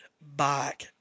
back